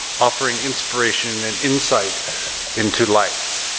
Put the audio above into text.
offering inspiration and insight into life.